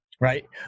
Right